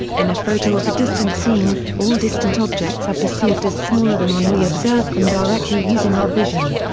in a photo of a distant scene, all distant objects are perceived as smaller than when we observe them directly using our vision.